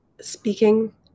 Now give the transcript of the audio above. speaking